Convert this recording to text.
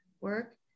work